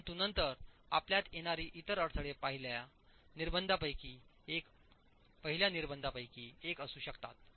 परंतु नंतर आपल्यात येणारी इतर अडथळे पहिल्या निर्बंधांपैकी एक असू शकतात